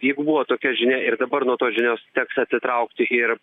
jeigu buvo tokia žinia ir dabar nuo tos žinios teks atsitraukti ir